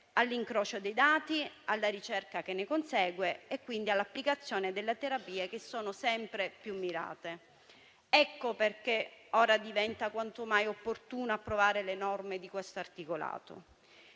all'incrocio dei dati, alla ricerca che ne consegue e quindi all'applicazione della terapie, che sono sempre più mirate. Ecco perché ora diventa quanto mai opportuno approvare le norme di questo articolato.